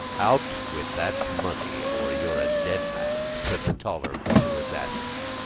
out with that money or you're a dead man, said the taller of the two assassins.